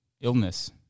Illness